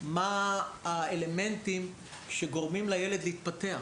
מהם האלמנטים שגורמים לילד להתפתח.